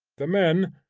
the men,